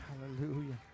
hallelujah